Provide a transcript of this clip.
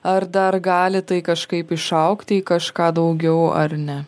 ar dar gali tai kažkaip išaugti į kažką daugiau ar ne